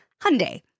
Hyundai